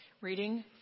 Reading